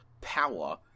power